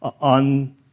on